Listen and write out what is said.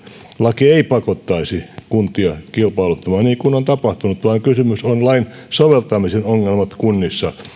laki ei pakottaisi kuntia kilpailuttamaan niin kuin on tapahtunut vaan kysymys on lain soveltamisen ongelmista kunnissa